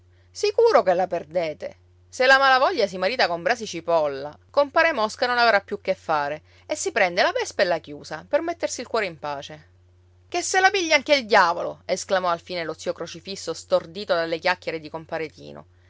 sicuro che la perdete se la malavoglia si marita con brasi cipolla compare mosca non avrà più che fare e si prende la vespa e la chiusa per mettersi il cuore in pace che se la pigli anche il diavolo esclamò alfine lo zio crocifisso stordito dalle chiacchiere di compare tino